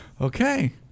okay